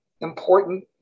important